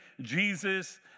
Jesus